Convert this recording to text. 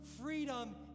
freedom